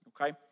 okay